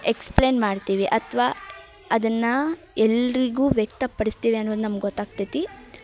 explain ಮಾಡ್ತೀವಿ ಅಥ್ವಾ ಅದನ್ನ ಎಲ್ಲರಿಗೂ ವ್ಯಕ್ತಪಡಿಸ್ತೀವಿ ಅನ್ನೋದು ನಮ್ಗೆ ಗೊತ್ತಾಗ್ತೈತಿ